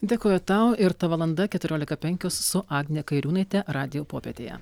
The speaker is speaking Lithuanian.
dėkoju tau ir ta valanda keturiolika penkios su agne kairiūnaite radijo popietėje